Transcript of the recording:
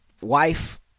wife